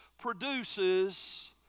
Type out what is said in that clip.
produces